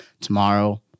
tomorrow